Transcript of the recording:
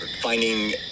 finding